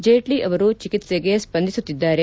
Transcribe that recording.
ಜೇಟ್ಲ ಅವರು ಚಿಕಿತ್ಸೆಗೆ ಸ್ಪಂದಿಸುತ್ತಿದ್ದಾರೆ